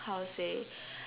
how to say